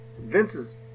Vince's